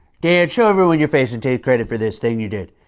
dan, show everyone your face and take credit for this thing you did.